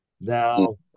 now